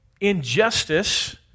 injustice